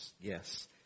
Yes